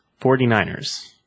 49ers